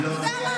אתה יודע מה,